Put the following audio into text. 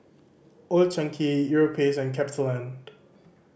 Old Chang Kee Europace and CapitaLand